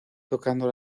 tocando